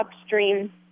upstream